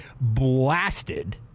blasted